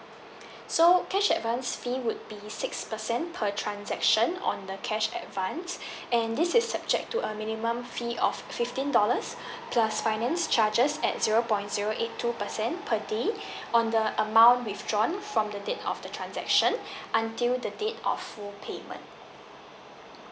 so cash advance fee would be six percent per transaction on the cash advance and this is subject to a minimum fee of fifteen dollars plus finance charges at zero point zero eight two percent per day on the amount withdrawn from the date of the transaction until the date of full payment